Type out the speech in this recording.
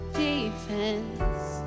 defense